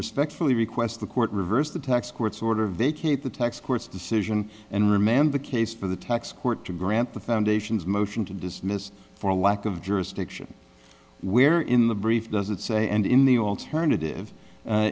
respectfully request the court reversed the tax court's order vacate the tax court's decision and remember the case for the texas court to grant the foundation's motion to dismiss for lack of jurisdiction where in the brief does it say and in the alternative